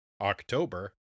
October